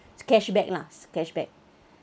cash back lah cash back